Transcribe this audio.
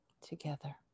together